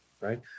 Right